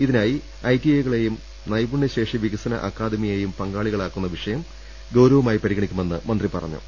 ഇതിനായി I T I കളെയും നൈപുണ്യശേഷി വികസന അക്കാദമി യെയും പങ്കാളികളാക്കുന്ന വിഷയം ഗൌരവമായി പരിഗണിക്കുമെന്ന് മന്ത്രി പറ ഞ്ഞു